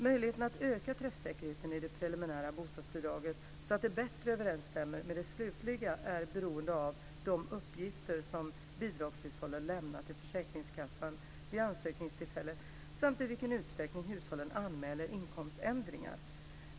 Möjligheten att öka träffsäkerheten i det preliminära bostadsbidraget så att det bättre överensstämmer med det slutliga är beroende av de uppgifter som bidragshushållen lämnar till försäkringskassan vid ansökningstillfället samt i vilken utsträckning hushållen anmäler inkomständringar.